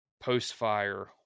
post-fire